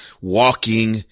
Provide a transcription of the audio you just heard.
walking